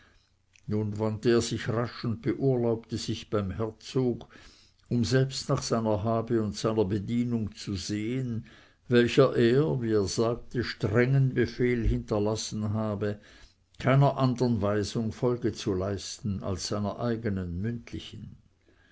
nun wandte er sich rasch und beurlaubte sich beim herzog um selbst nach seiner habe und seiner bedienung zu sehen welcher er wie er sagte strengen befehl hinterlassen habe keiner anderen weisung folge zu leisten als seiner eigenen mündlichen